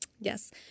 yes